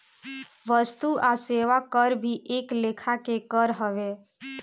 वस्तु आ सेवा कर भी एक लेखा के कर हवे